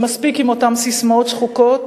ומספיק עם אותן ססמאות שחוקות,